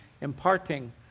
imparting